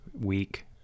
week